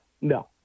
No